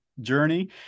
journey